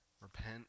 Repent